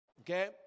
Okay